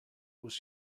was